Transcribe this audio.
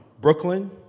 Brooklyn